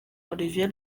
olivier